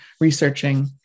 researching